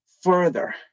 further